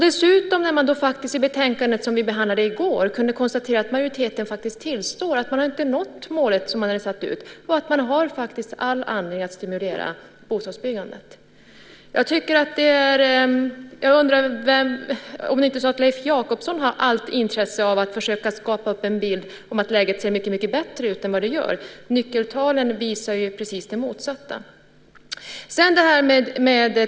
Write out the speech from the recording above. I det betänkande som vi behandlade i går kunde vi läsa att majoriteten tillstår att man inte har nått det mål som man hade satt upp. Man har faktiskt all anledning att stimulera bostadsbyggandet. Jag undrar om Leif Jakobsson har allt intresse av att skapa en bild av att läget ser mycket bättre ut än vad det gör. Nyckeltalen visar precis det motsatta.